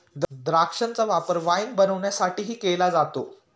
द्राक्षांचा वापर वाईन बनवण्यासाठीही केला जातो